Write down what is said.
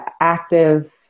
Active